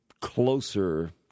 closer